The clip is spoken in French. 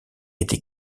été